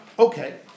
Okay